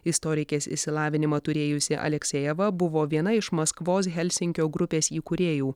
istorikės išsilavinimą turėjusi aleksejeva buvo viena iš maskvos helsinkio grupės įkūrėjų